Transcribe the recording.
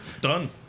Done